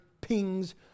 pings